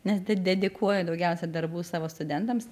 nes de dedikuoju daugiausia darbų savo studentams